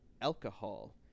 alcohol